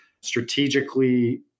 strategically